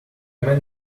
man